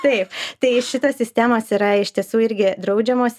taip tai šitos sistemos yra iš tiesų irgi draudžiamos